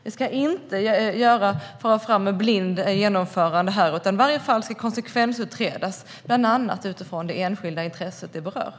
Det ska inte vara ett blint genomförande, utan varje fall ska konsekvensutredas, bland annat utifrån det enskilda intresse som berörs.